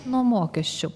nuo mokesčių